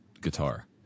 guitar